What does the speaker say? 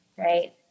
Right